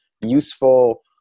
useful